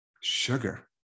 sugar